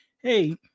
hey